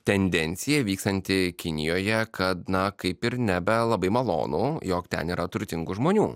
tendencija vykstanti kinijoje kad na kaip ir nebe labai malonu jog ten yra turtingų žmonių